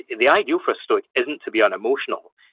the ideal for a stoic isn't to be unemotional,